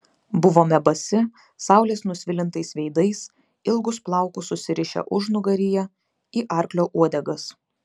buvome basi saulės nusvilintais veidais ilgus plaukus susirišę užnugaryje į arklio uodegas